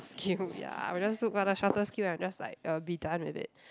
s~ queue ya I will just look for the shortest queue and just like uh be done with it